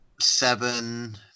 seven